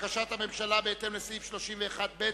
הממשלה, בהתאם לסעיף 31(ב)